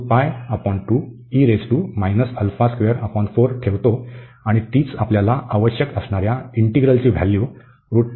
जेव्हा आपण ठेवतो आणि तीच आपल्याला आवश्यक असणाऱ्या इंटीग्रलची व्हॅल्यू आहे